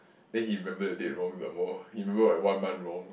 then he remembered the date wrong some more he remember like one month wrong